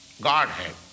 Godhead